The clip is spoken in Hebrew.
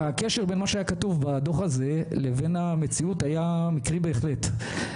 הקשר בין מה שהיה כתוב בדוח הזה לבין המציאות היה מקרי בהחלט.